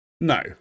No